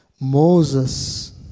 Moses